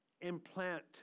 implant